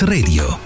Radio